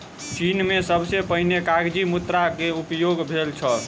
चीन में सबसे पहिने कागज़ी मुद्रा के उपयोग भेल छल